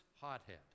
hothead